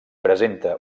presenta